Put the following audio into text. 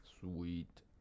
Sweet